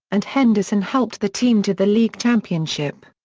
and henderson helped the team to the league championship.